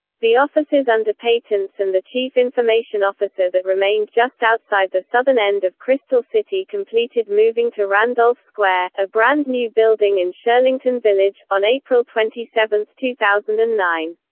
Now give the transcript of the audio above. the offices under patents and the chief information officer that remained just outside the southern end of crystal city completed moving to randolph square, a brand-new building in shirlington village, on april twenty seven, two thousand and nine.